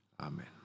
Amen